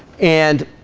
and